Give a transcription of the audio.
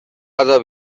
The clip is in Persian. غذا